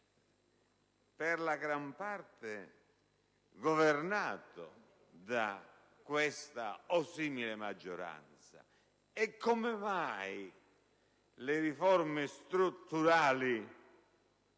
per la gran parte governato da questa o simile maggioranza. Come mai, allora, le riforme strutturali